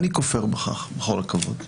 אני כופר בכך, בכל הכבוד.